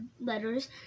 letters